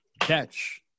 catch